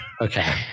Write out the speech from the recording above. Okay